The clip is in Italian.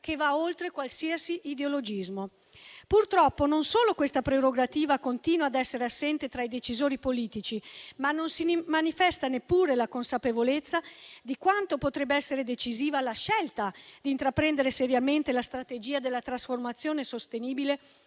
che va oltre qualsiasi ideologismo. Purtroppo non solo questa prerogativa continua a essere assente tra i decisori politici, ma non si manifesta neppure la consapevolezza di quanto potrebbe essere decisiva la scelta di intraprendere seriamente la strategia della trasformazione sostenibile